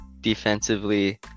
defensively